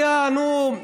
שנייה, נו.